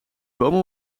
bomen